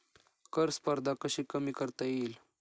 कर स्पर्धा कशी कमी करता येईल?